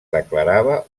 declarava